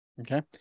okay